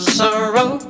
sorrow